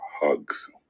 hugs